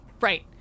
right